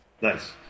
Nice